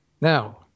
Now